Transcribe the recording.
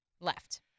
left